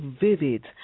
vivid